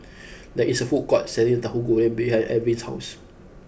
there is a food court selling Tahu Goreng behind Erving's house